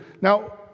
Now